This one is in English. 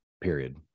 Period